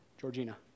Georgina